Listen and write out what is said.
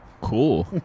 Cool